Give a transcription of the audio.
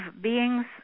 beings